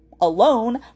alone